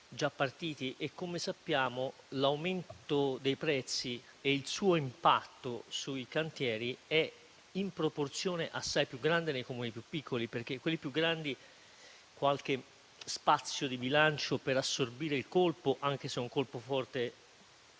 Come sappiamo, l'aumento dei prezzi e il suo impatto sui cantieri è, in proporzione, assai più grande nei Comuni più piccoli perché quelli più grandi qualche spazio di bilancio per assorbire il colpo, anche se è forte per